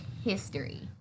History